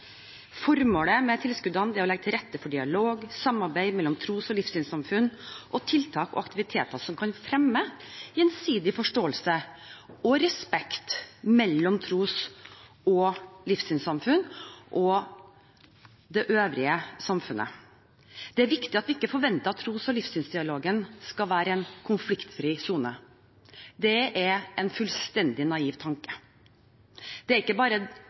Formålet med tilskuddene er å legge til rette for dialog, samarbeid mellom tros- og livssynssamfunn og tiltak og aktiviteter som kan fremme gjensidig forståelse og respekt mellom tros- og livssynssamfunn og det øvrige samfunnet. Det er viktig at vi ikke forventer at tros- og livssynsdialogen skal være en konfliktfri sone. Det er en fullstendig naiv tanke. Det er ikke bare